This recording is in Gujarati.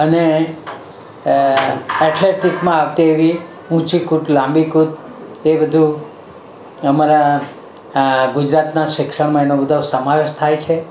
અને એથ્લેટિકમાં આવતી એવી ઊંચી કૂદ લાંબી કૂદ એ બધું અમારા આ ગુજરાતના શિક્ષણમાં એનો બધો સમાવેશ થાય છે